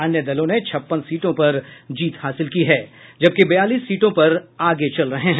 अन्य दलों ने छप्पन सीटों पर जीत हासिल की है जबकि बयालीस सीटों पर आगे चल रहे हैं